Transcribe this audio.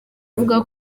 avuga